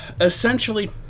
Essentially